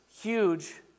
huge